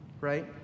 Right